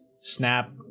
Snap